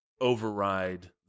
Override